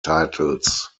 titles